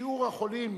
שיעור החולים,